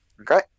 okay